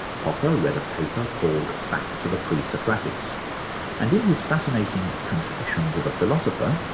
popper read a paper called back to the pre-socratics and in his fascinating confessions of a philosopher,